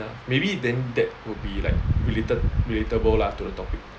maybe then that would be like related relatable lah to the topic